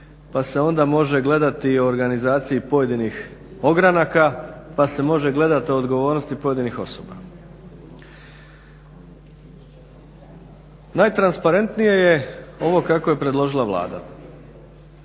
pa se onda može gledati i po organizaciji pojedinih ogranaka, pa se može gledat po odgovornosti pojedinih osoba. Najtransparentnije je ovo kako je predložila Vlada